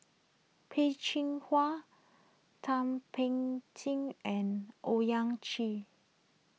Peh Chin Hua Thum Ping Tjin and Owyang Chi